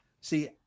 See